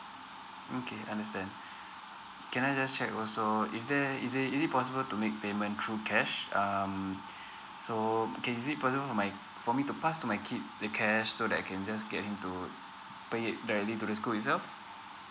okay understand can I just check also if there is it is it possible to make payment through cash um so okay is it possible for me to pass to my kid the cash so that I can just get into pay it directly to the school itself